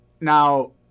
Now